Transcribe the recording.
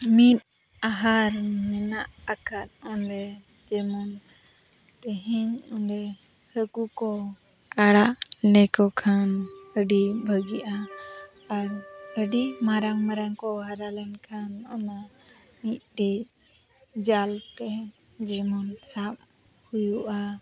ᱢᱤᱫ ᱟᱦᱟᱨ ᱢᱮᱱᱟᱜ ᱟᱠᱟᱫ ᱚᱸᱰᱮ ᱡᱮᱢᱚᱱ ᱛᱮᱦᱮᱧ ᱚᱸᱰᱮ ᱦᱟᱹᱠᱩ ᱠᱚ ᱟᱲᱟᱜ ᱞᱮᱠᱚ ᱠᱷᱟᱱ ᱟᱹᱰᱤ ᱵᱷᱟᱹᱜᱤᱜᱼᱟ ᱟᱨ ᱟᱹᱰᱤ ᱢᱟᱨᱟᱝ ᱢᱟᱨᱟᱝ ᱠᱚ ᱦᱟᱨᱟ ᱞᱮᱱ ᱠᱷᱟᱱ ᱚᱱᱟ ᱢᱤᱫᱴᱤᱡ ᱡᱟᱞᱛᱮ ᱡᱮᱢᱚᱱ ᱥᱟᱵ ᱦᱩᱭᱩᱜᱼᱟ